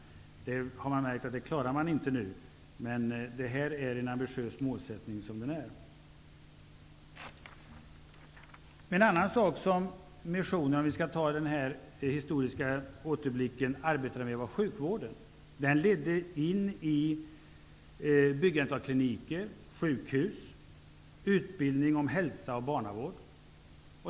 Man har nu märkt att man inte klarar det, men den nuvarande målsättningen är ambitiös som den är. Om vi skall fortsätta den historiska återblicken: en annan sak som missionen arbetade med var sjukvården. Det ledde till byggande av kliniker och sjukhus, utbildning, hälsovård och barnavård.